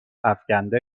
افکنده